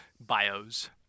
bios